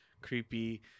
creepy